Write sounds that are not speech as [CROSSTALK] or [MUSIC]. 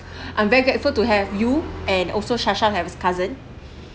[BREATH] I'm very grateful to have you and also sasha have his cousin [BREATH]